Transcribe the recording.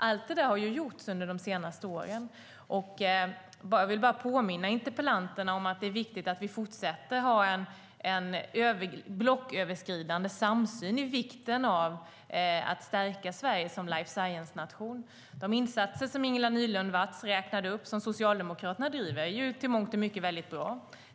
Allt det där har gjorts under de senaste åren. Jag vill påminna interpellanterna om att det är viktigt att vi fortsätter att ha en blocköverskridande samsyn om vikten av att stärka Sverige som life science-nation. De insatser som Socialdemokraterna driver och som Ingela Nylund Watz räknade upp är i mångt och mycket väldigt bra.